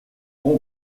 bon